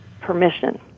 permission